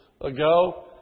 ago